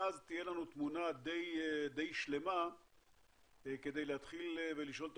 ואז תהיה לנו תמונה די שלמה כדי להתחיל ולשאול את